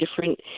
different